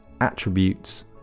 attributes